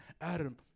Adam